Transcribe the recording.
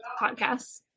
podcasts